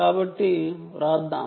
కాబట్టి వ్రాద్దాం